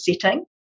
setting